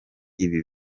ibi